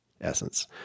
essence